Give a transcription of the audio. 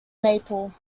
maple